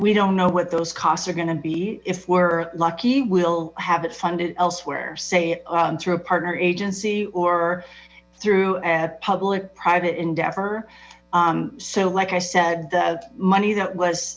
we don't know what those costs are going to be if we're lucky will have it funded elsewhere say through a partner agency or through at public private endeavor so like i said the money that was